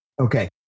Okay